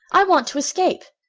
i want to escape.